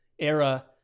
era